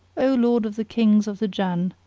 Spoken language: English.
o lord of the kings of the jann,